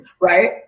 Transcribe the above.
right